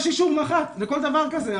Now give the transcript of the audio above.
יש אישור מח"ט לכל דבר כזה.